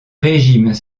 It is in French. régimes